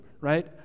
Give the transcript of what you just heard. right